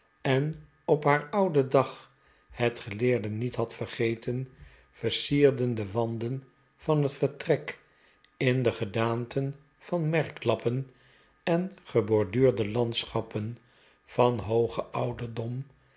en op haar ouden dag het geleerde niet had vergeten versierden de wanden van het vertrek in de gedaanten van merklappen en geborduurde landschappen van hoogen ouderdom